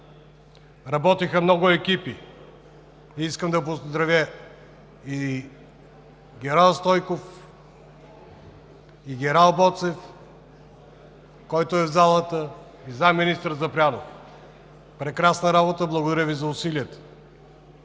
работиха много екипи и искам да поздравя генерал Стойков и генерал Боцев, който е в залата, и заместник-министър Запрянов. Прекрасна работа, благодаря Ви за усилията!